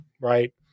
right